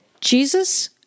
Jesus